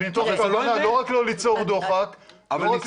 מתוך כוונה לא רק לא ליצור דוחק --- אבל,